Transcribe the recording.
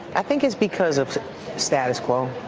i think it's because of status quo.